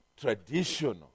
traditional